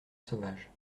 sauvage